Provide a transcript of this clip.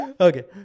Okay